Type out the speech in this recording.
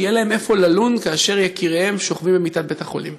שיהיה להם איפה ללון כאשר יקיריהם שוכבים במיטת בית-החולים.